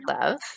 love